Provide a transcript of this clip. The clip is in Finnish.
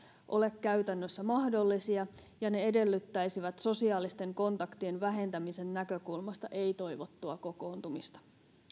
ole käytännössä mahdollisia ja ne edellyttäisivät sosiaalisten kontaktien vähentämisen näkökulmasta ei toivottua kokoontumista